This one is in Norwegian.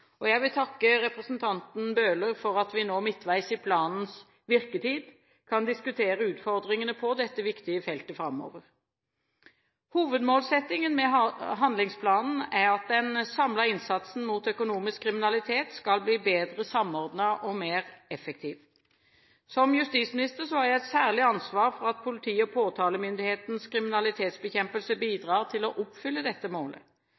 Jeg vil takke representanten Bøhler for at vi nå midtveis i planens virketid kan diskutere utfordringene på dette viktige feltet framover. Hovedmålsettingen med handlingsplanen er at den samlede innsatsen mot økonomisk kriminalitet skal bli bedre samordnet og mer effektiv. Som justisminister har jeg et særlig ansvar for at politiet og påtalemyndighetens kriminalitetsbekjempelse bidrar til å oppfylle dette målet.